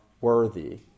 worthy